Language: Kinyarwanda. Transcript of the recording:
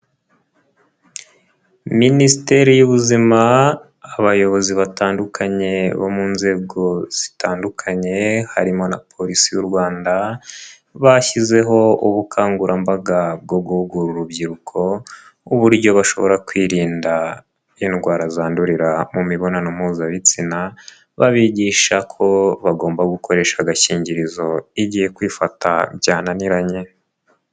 Minisiteri y'ubuzima, abayobozi batandukanye bo mu nzego zitandukanye, harimo na polisi y'u Rwanda, bashyizeho ubukangurambaga bwo guhugura urubyiruko, uburyo bashobora kwirinda indwara zandurira mu mibonano mpuzabitsina, babigisha ko bagomba gukoresha agakingirizo, igihe kwifata byananiranye.